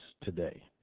today